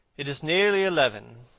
it is nearly eleven,